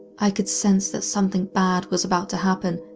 i could sense that something bad was about to happen,